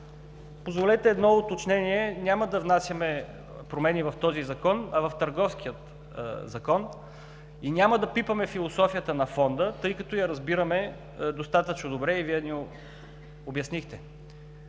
Позволете едно уточнение. Няма да внасяме промени в този Закон, а в Търговския закон и няма да пипаме философията на Фонда, тъй като я разбираме достатъчно добре и Вие ни я обяснихте.